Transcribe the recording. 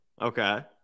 Okay